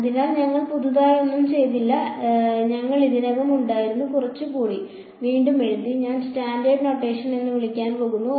അതിനാൽ ഞങ്ങൾ പുതിയതായി ഒന്നും ചെയ്തില്ല ഞങ്ങൾ ഇതിനകം ഉണ്ടായിരുന്നത് കുറച്ചുകൂടി കുറച്ചുകൂടി വീണ്ടും എഴുതി ഞാൻ സ്റ്റാൻഡേർഡ് നൊട്ടേഷൻ എന്ന് വിളിക്കാൻ പോകുന്നു